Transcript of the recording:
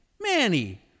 Manny